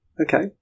Okay